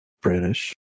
British